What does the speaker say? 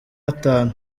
atanu